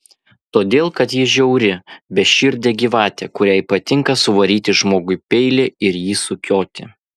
todėl kad ji žiauri beširdė gyvatė kuriai patinka suvaryti žmogui peilį ir jį sukioti